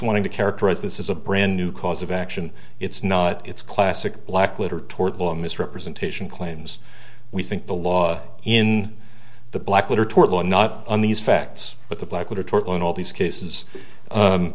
wanting to characterize this is a brand new cause of action it's not it's classic black letter tort law misrepresentation claims we think the law in the black letter tort law not on these facts but the black letter tort law in all these cases